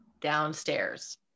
downstairs